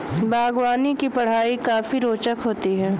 बागवानी की पढ़ाई काफी रोचक होती है